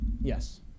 Yes